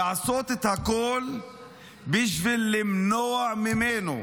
לעשות את הכול בשביל למנוע ממנו,